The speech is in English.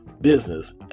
business